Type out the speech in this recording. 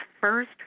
first